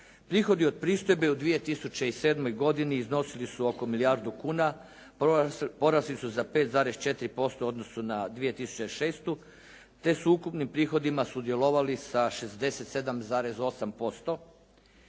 Prihodi od pristojbe u 2007. godini iznosili su oko milijardu kuna, porasli su za 5,4% u odnosu na 2006., te s ukupnim prihodima sudjelovali sa 67,8%